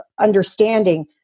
understanding